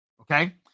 Okay